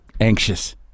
Anxious